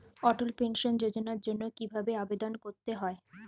অটল pension যোজনার জন্য কি ভাবে আবেদন করতে হয়?